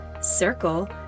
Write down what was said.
circle